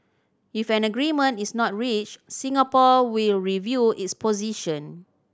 if an agreement is not reached Singapore will review its position